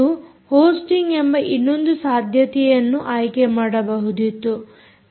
ನೀವು ಹೊಸ್ಟಿಂಗ್ ಎಂಬ ಇನ್ನೊಂದು ಸಾಧ್ಯತೆಯನ್ನು ಆಯ್ಕೆ ಮಾಡಬಹುದಿತ್ತು